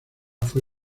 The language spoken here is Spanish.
fue